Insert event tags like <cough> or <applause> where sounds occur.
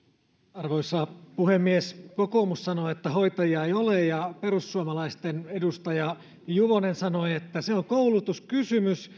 arvoisa puhemies kokoomus sanoo että hoitajia ei ole ja perussuomalaisten edustaja juvonen sanoi että se on koulutuskysymys <unintelligible>